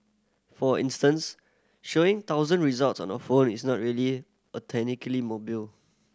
for instance showing thousand results on a phone is not really mobile